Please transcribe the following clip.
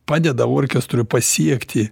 padeda orkestrui pasiekti